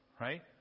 right